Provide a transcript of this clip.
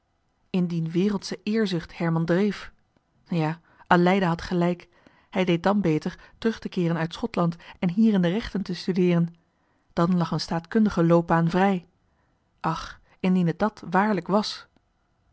indien wereldsche eerzucht herman dreef ja aleida had gelijk hij deed dan beter terug te keeren uit schotland en hier in de rechten te studeeren dan lag een staatkundige loopbaan vrij ach indien het dat wààrlijk was